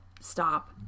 stop